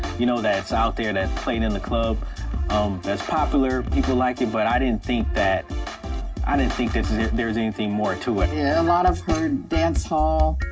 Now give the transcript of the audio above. you know, that's out there, that played in the club um that's popular. people like it, but i didn't think that i didn't think that there was anything more to it. yeah, a lot of her dance hall,